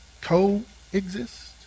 Coexist